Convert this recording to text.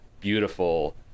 beautiful